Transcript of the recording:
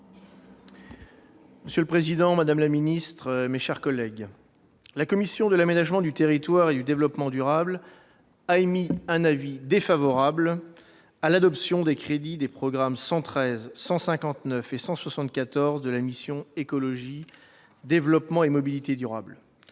Monsieur le président, madame la ministre, mes chers collègues, la commission de l'aménagement du territoire et du développement durable a émis un avis défavorable à l'adoption des crédits des programmes 113, 159 et 174 de la mission « Écologie, développement et mobilité durables